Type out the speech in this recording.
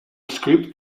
script